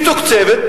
מתוקצבת,